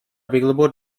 available